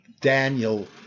Daniel